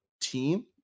team